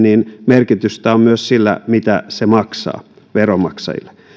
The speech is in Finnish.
merkitystä on myös sillä mitä se maksaa veronmaksajille